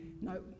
No